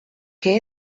que